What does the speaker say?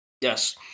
Yes